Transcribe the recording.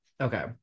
Okay